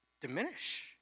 diminish